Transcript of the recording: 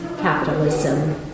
capitalism